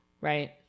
right